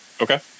Okay